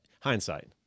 Hindsight